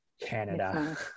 Canada